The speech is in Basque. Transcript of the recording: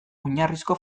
oinarrizko